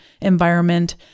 environment